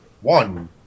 one